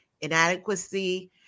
inadequacy